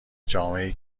جامعهای